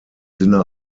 sinne